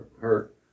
hurt